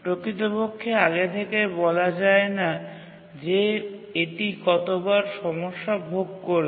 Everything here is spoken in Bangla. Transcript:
প্রকৃতপক্ষে আগে থেকে বলা যায় না যে এটি কতবার সমস্যা ভোগ করবে